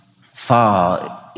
far